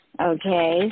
Okay